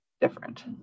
different